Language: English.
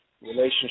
relationship